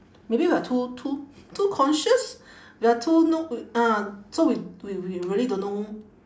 maybe we are too too too conscious we are too no ah so we we we really don't know